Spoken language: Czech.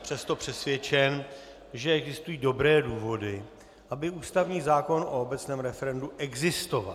Přesto jsem přesvědčen, že existují dobré důvody, aby ústavní zákon o obecném referendu existoval.